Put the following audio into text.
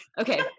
okay